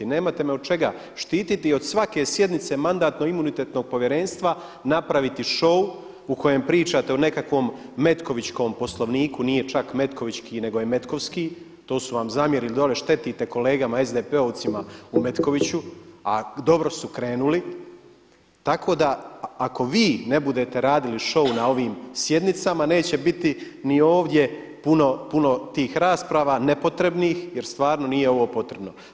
Nemate me od čega štititi, od svake sjednice Mandatno-imunitetnog povjerenstva napraviti show u kojem pričate o nekakvom metkovićkom poslovniku, nije čak metkovićki nego je metkovski, to su vam zamjerili, štetite kolegama SDP-ovcima u Metkoviću a dobro su krenuli, tako da ako vi ne budete radili show na ovim sjednicama neće biti ni ovdje puno tih rasprava nepotrebnih jer stvarno nije ovo potrebno.